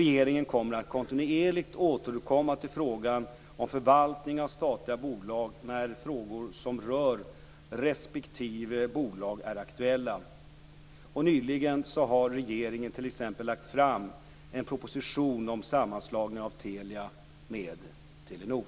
Regeringen kommer att kontinuerligt återkomma till frågan om förvaltning av statliga bolag när frågor som rör respektive bolag är aktuella. Nyligen har regeringen t.ex. lagt fram en proposition om sammanslagning av Telia med Telenor.